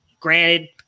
granted